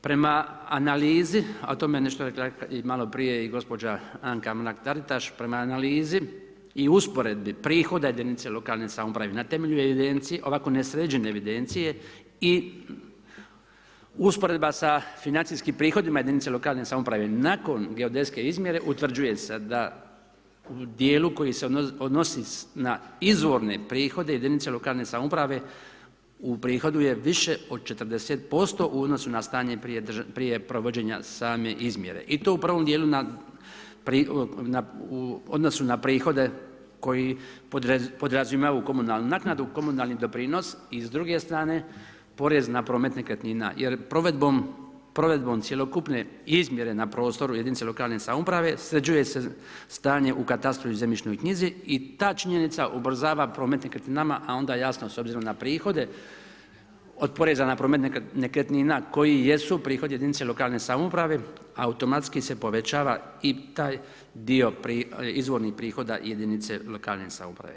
Prema analizi, a o tome, nešto i maloprije i gđa Anka Mrak Taritaš, prema analizi i usporedbi prihoda jedinice lokalne samouprave, na temelju evidencije, ovako nesređene evidencije i usporedba sa financijskim prihodima jedinice lokalne samouprave, nakon geodetske izmjere utvrđuje se da u dijelu koji se odnosi na izvorne prihode jedinice lokalne samouprave, u prihoduju više od 40% u odnosu na stanje prije provođenje same izmjere i to u prvom dijelu na u odnosu na prihode koji podrazumijevaju komunalnu naknadu, komunalni doprinos i s druge strane porez na promet nekretnina, jer provedbom cjelokupne izmjere na prostoru jedinice lokalne samouprave, sređuje se stanje na katastru i zemljišnoj knjizi i ta činjenica ubrzava promet nekretninama, a onda jasno s obzirom na prihode, od poreza na promet nekretnina, koji jesu prihod jedinice lokalne samouprave, automatski se povećava i taj dio izbornih prihoda jedinice lokalne samouprave.